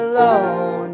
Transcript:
Alone